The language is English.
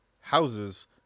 Houses